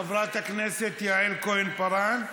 חברת הכנסת יעל כהן-פארן,